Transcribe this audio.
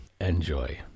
Enjoy